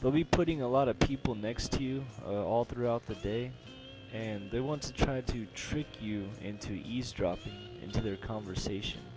they'll be putting a lot of people next to you all throughout the day and they want to try to trick you into east dropping into their conversation